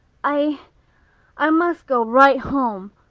i i must go right home.